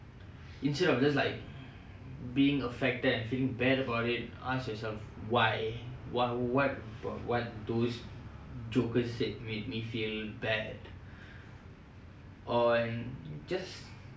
instead of just like being affected and feel bad about it ask yourself why what what what those jokers said made me feel bad and just